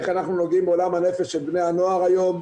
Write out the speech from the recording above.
איך אנחנו נוגעים בעולם הנפש של בני הנוער היום,